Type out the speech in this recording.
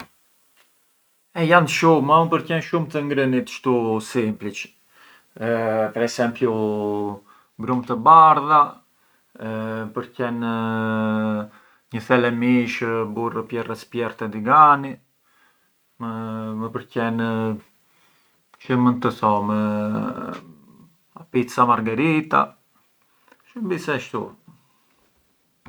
E jan shumë, mua më përqen shum të ngrënit shtu simplici, per esempiu brumë të bardha, përqen burë prier e sprier te digani, më përqen çë mënd të thom, pizza margherita, shurbise shtu.